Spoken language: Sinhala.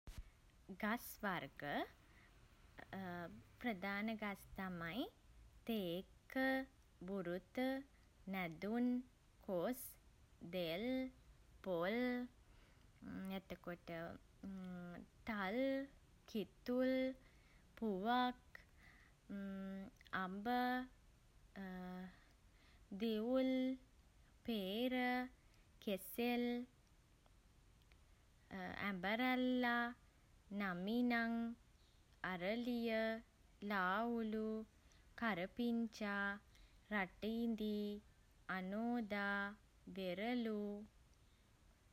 ගස් වර්ග ප්‍රධාන ගස් තමයි තේක්ක බුරුත නැදුන් කොස් දෙල් පොල් එතකොට තල් කිතුල් පුවක් අඹ දිවුල් පේර කෙසෙල් ඇඹරැල්ලා නමිනං අරලිය ලාවුළු කරපිංචා රටඉඳි අනෝදා වෙරළු